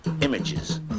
images